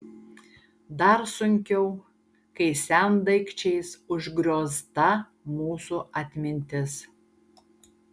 dar sunkiau kai sendaikčiais užgriozta mūsų atmintis